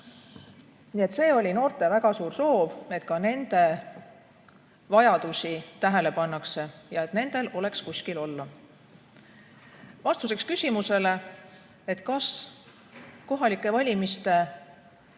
jutt. See oli noorte väga suur soov, et ka nende vajadusi tähele pandaks ja et ka nendel oleks kuskil olla. Vastus küsimusele, kas kohalike valimiste